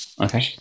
okay